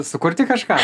sukurti kažką